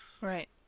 right